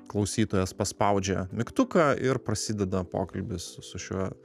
klausytojas paspaudžia mygtuką ir prasideda pokalbis su šiuo